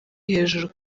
hejuru